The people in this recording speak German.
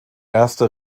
erste